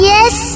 Yes